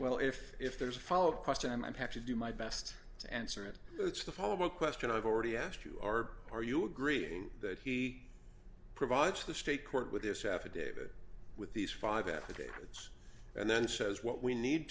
well if if there's a follow up question and i'd have to do my best to answer it it's the follow up question i've already asked you are are you agreeing that he provides the state court with this affidavit with these five affidavits and then says what we need